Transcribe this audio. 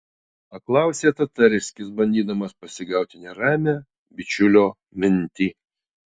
paklausė tatarskis bandydamas pasigauti neramią bičiulio mintį